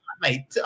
mate